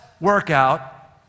workout